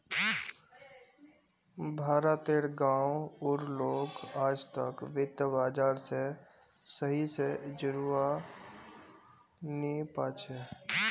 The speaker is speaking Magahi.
भारत तेर गांव उर लोग आजतक वित्त बाजार से सही से जुड़ा वा नहीं पा छे